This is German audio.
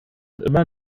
immer